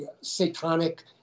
satanic